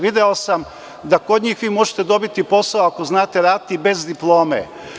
Video sam da kod njih vi možete dobiti posao ako znate raditi i bez diplome.